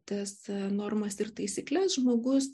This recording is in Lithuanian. tas normas ir taisykles žmogus